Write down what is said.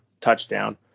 touchdown